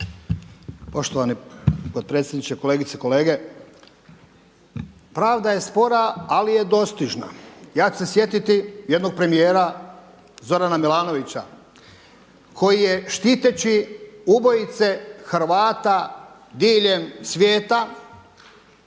Poštovani podpredsjedniče, kolegice i kolege. Pravda je spora ali je dostižna. Ja ću se sjetiti jednog premijera, Zorana Milanovića koji je štiteći ubojice Hrvata diljem svijeta